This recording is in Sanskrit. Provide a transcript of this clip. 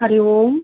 हरिः ओम्